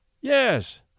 Yes